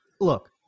look